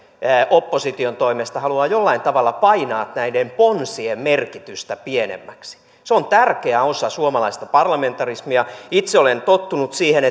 opposition toimesta haluaa jollain tavalla painaa näiden ponsien merkitystä pienemmäksi ne ovat tärkeä osa suomalaista parlamentarismia itse olen tottunut siihen